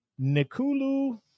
Nikulu